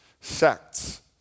sects